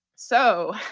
so,